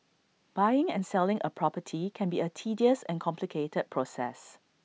buying and selling A property can be A tedious and complicated process